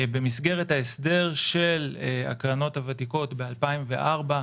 במסגרת ההסדר של הקרנות הוותיקות ב-2004,